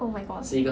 oh my god